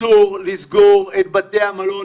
אסור לסגור את בתי המלון,